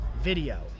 Video